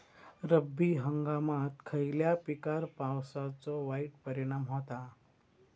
रब्बी हंगामात खयल्या पिकार पावसाचो वाईट परिणाम होता?